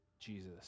Jesus